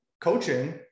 coaching